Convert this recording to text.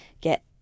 get